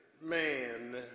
man